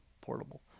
portable